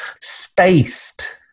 spaced